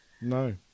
No